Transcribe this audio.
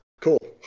cool